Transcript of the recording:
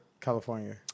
California